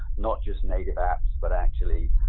not just native apps, but actually